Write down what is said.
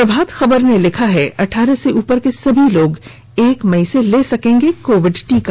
प्रभात खबर ने लिखा है अट्ठारह से उपर के सभी लोग एक मई से ले सकेंगे कोविड टीका